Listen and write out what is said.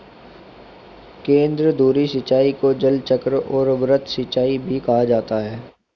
केंद्रधुरी सिंचाई को जलचक्र और वृत्त सिंचाई भी कहा जाता है